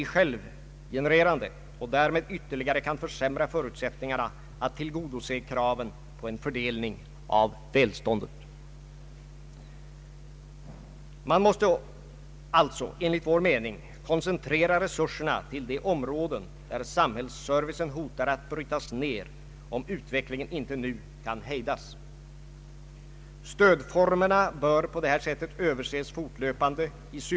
målmedvetna åtgärder för att en tillfredsställande balans i den regionala utvecklingen skulle uppnås i landets olika delar. En mera fast utformad regional politik vore nödvändig.